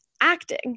acting